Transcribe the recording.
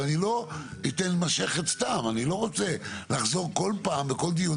אבל אני לא רוצה לחזור כל פעם וכל דיון